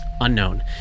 Unknown